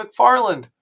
McFarland